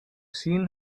seen